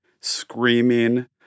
screaming